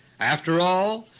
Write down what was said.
after all,